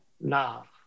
love